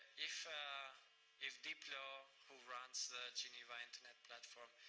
if if diplo, who runs the geneva internet platform,